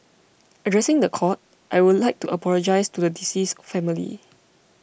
addressing the court I would like to apologise to the deceased's family